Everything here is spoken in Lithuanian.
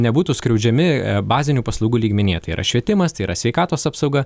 nebūtų skriaudžiami bazinių paslaugų lygmenyje tai yra švietimas tai yra sveikatos apsauga